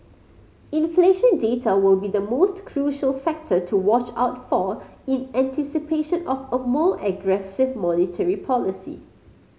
inflation data will be the most crucial factor to watch out for in anticipation of a more aggressive monetary policy